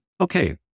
Okay